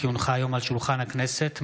כי הונחו היום על שולחן הכנסת,